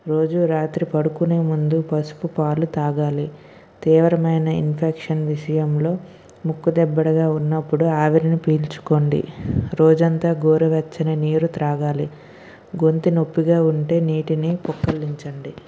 రోజూ రాత్రి పడుకునేముందు పసుపు పాలు తాగాలి తీవ్రమైన ఇన్ఫెక్షన్ విషయంలో ముక్కుదిబ్బడగా ఉన్నప్పుడు ఆవిరిని పీల్చుకోండి రోజంతా గోరువెచ్చని నీరు త్రాగాలి గొంతు నొప్పిగా ఉంటే నీటిని పుక్కలించడండి